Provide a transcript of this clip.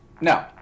No